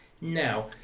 now